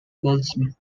goldsmith